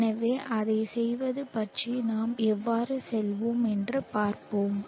எனவே அதைச் செய்வது பற்றி நாம் எவ்வாறு செல்வோம் என்று பார்ப்போம்